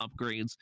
upgrades